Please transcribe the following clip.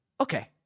okay